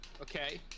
okay